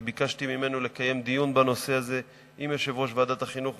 וביקשתי ממנו לקיים דיון בנושא הזה עם יושב-ראש ועדת החינוך,